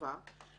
טובה.